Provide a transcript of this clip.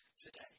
today